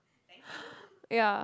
yeah